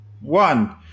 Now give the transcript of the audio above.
one